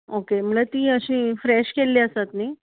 okay म्हणल्यार ती अशी फ्रेश केल्ली आसात न्हय